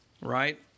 right